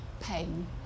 pain